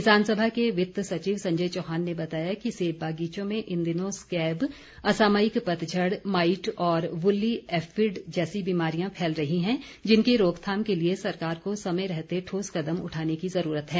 किसान सभा के वित्त सचिव संजय चौहान ने बताया कि सेब बागीचों में इन दिनों स्कैब असामयिक पतझड माईट और वूली एफिड जैसी बीमारियां फैल रही हैं जिनकी रोकथाम के लिए सरकार को समय रहते ठोस कदम उठाने की ज़रूरत है